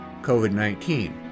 COVID-19